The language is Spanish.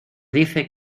dice